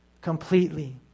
completely